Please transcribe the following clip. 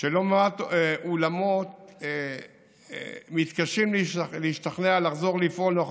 שלא מעט אולמות מתקשים להשתכנע לחזור לפעול נוכח